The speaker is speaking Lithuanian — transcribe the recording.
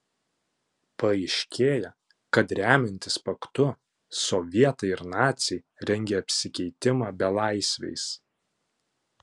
paaiškėja kad remiantis paktu sovietai ir naciai rengia apsikeitimą belaisviais